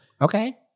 Okay